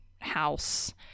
house